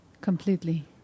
Completely